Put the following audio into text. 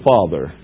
Father